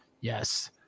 Yes